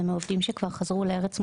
זה מעובדים שכבר חזרו לארץ מולדתם,